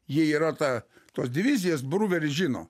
jie yra ta tos divizijos bruveris žino